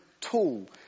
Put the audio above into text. tool